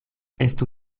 estu